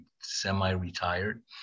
semi-retired